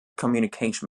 communication